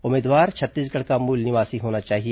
उम्मीदवार छत्तीसगढ़ का मूल निवासी होना चाहिए